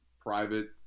private